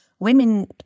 Women